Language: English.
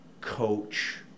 coach